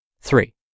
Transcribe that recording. Three